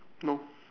no